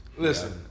Listen